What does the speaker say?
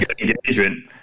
engagement